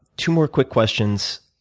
two more quick questions.